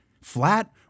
Flat